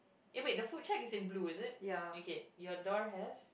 eh wait the food shack is in blue is it okay your door has